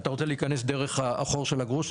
אתה רוצה להיכנס דרך החור של הגרוש?